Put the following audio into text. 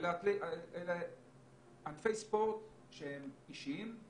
אלו ענפי ספורט אישיים,